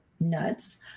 nuts